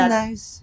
nice